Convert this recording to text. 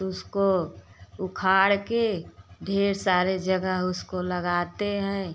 तो उसको उखाड़ के ढेर सारे जगह उसको लगाते हैं